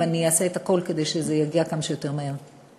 ואני אעשה הכול כדי שזה יגיע כמה שיותר מהר.